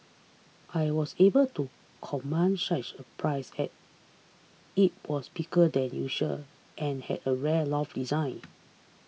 I was able to command such a price as it was bigger than usual and had a rare loft design